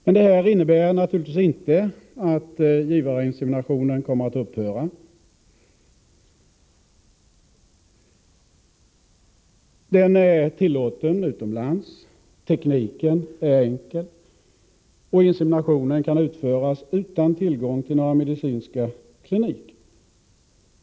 Men detta innebär inte att givarinseminationen kommer att upphöra. Den är tillåten utomlands, tekniken är enkel och inseminationen kan utföras utan tillgång till några medicinska kliniker.